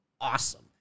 awesome